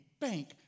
bank